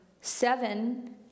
seven